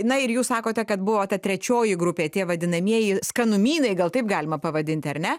na ir jūs sakote kad buvo ta trečioji grupė tie vadinamieji skanumynai gal taip galima pavadinti ar ne